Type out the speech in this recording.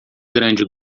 grande